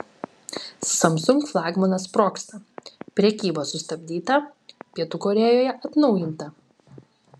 samsung flagmanas sprogsta prekyba sustabdyta pietų korėjoje atnaujinta